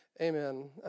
Amen